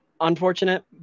Unfortunate